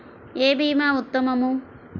ఏ భీమా ఉత్తమము?